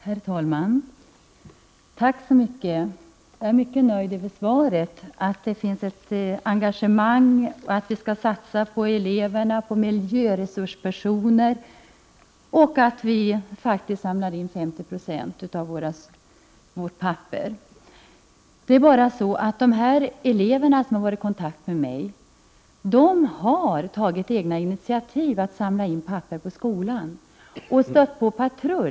Herr talman! Tack så mycket! Jag är mycket nöjd med svaret, att det finns ett engagemang, att det skall satsas på eleverna och på miljöresurspersoner och att vi faktiskt samlar in 50 96 av vårt papper. Det är bara det att elever som har varit i kontakt med mig och som tagit egna initiativ att samla in papper på skolan har stött på patrull.